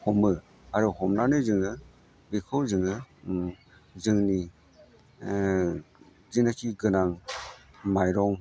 हमो आरो हमनानै जोङो बेखौ जोङो जोंनि जिनाखि गोनां माइरं